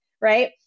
Right